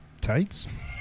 Tights